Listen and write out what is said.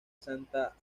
santa